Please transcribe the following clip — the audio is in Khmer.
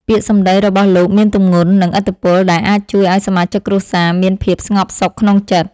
ពាក្យសម្តីរបស់លោកមានទម្ងន់ និងឥទ្ធិពលដែលអាចជួយឱ្យសមាជិកគ្រួសារមានភាពស្ងប់សុខក្នុងចិត្ត។